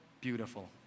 beautiful